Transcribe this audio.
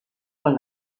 con